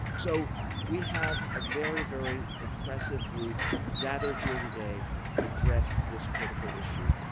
so we have a very, very impressive group gathered here today to address this critical issue.